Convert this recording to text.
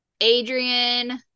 Adrian